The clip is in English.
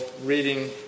reading